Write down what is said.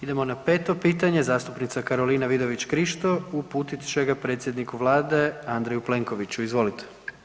Idemo na 5. pitanje, zastupnica Karolina Vidović Krišto uputit će ga predsjedniku vlade Andreju Plenkoviću, izvolite.